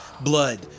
Blood